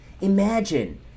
Imagine